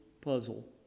puzzle